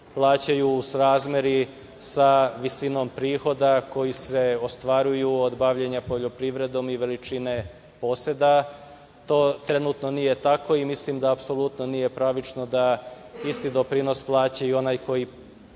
plaćaju u srazmeri sa visinom prihoda koji se ostvaruju od bavljenja poljoprivredom i veličine poseda. To trenutno nije tako i mislim da apsolutno nije pravično da isti doprinos plaća i onaj koji